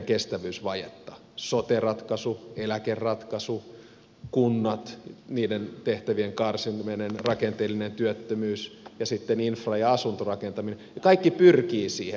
sote ratkaisu eläkeratkaisu kunnat niiden tehtävien karsiminen rakenteellinen työttömyys ja sitten infra ja asuntorakentaminen kaikki pyrkii siihen